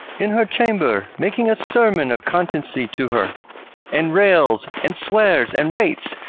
in her chamber, making a sermon of continency to her and rails, and swears, and rates,